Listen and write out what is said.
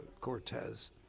Cortez